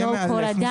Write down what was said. לא כל אדם.